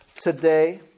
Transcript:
today